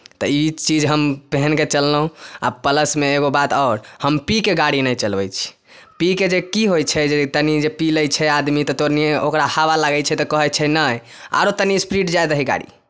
तऽ ई चीज हम पहिन कऽ चललहुँ आ प्लसमे एगो बात आओर हम पी कऽ गाड़ी नहि चलबै छी पी कऽ जे की होइ छै जे तनि जे पी लै छै आदमी तऽ तनि ओकरा हवा लगै छै तऽ कहै छै नहि आरो तनि स्पीड जाय दही गाड़ी